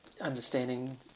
understanding